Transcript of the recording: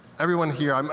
everyone here, um